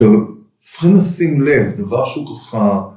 צריכים לשים לב, דבר שהוא ככה...